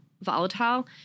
volatile